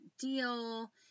deal